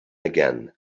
again